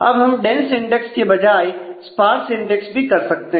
अब हम dense index भी कर सकते हैं